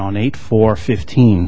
on eight for fifteen